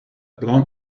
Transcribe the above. blond